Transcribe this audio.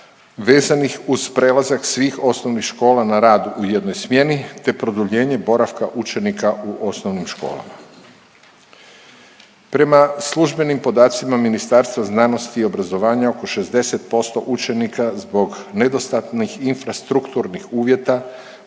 vezanih uz prelazak svih osnovnih škola na rad u jednoj smjeni, te produljenje boravka učenika u osnovnim školama. Prema službenim podacima Ministarstva znanosti i obrazovanja oko 60% učenika zbog nedostatnih infrastrukturnih uvjeta